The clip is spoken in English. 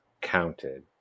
counted